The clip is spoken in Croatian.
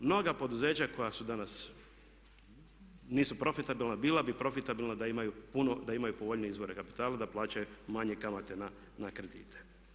Mnoga poduzeća koja su danas nisu profitabilna, bila bi profitabilna da imaju puno, da imaju povoljnije izvore kapitala, da plaćaju manje kamate na kredite.